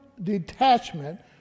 detachment